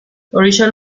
oriol